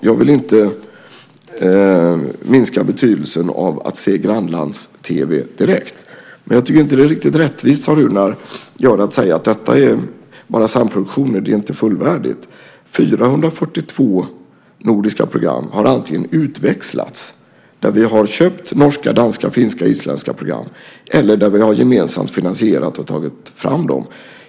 Jag vill inte minska betydelsen av att kunna se grannlands-tv direkt, men jag tycker inte att det är riktigt rättvist att göra som Runar och säga att det bara är fråga om samproduktioner, att det inte är fullvärdigt. 442 nordiska program har antingen utväxlats, där vi har köpt norska, danska, finska och isländska program, eller också har vi gemensamt finansierat och tagit fram dem.